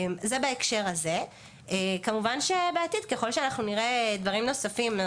לפני מספר חודשים אנחנו